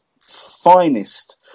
finest